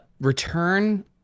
return